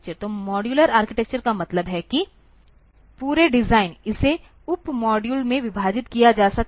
तो modular architecture का मतलब है कि पूरे डिजाइन इसे उप मॉड्यूल में विभाजित किया जा सकता है